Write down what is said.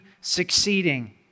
succeeding